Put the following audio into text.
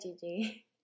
Gigi